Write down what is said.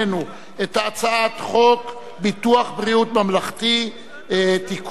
את הצעת חוק ביטוח בריאות ממלכתי (תיקון,